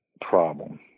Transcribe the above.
problem